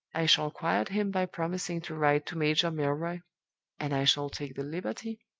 i shall quiet him by promising to write to major milroy and i shall take the liberty,